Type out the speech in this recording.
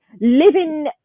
living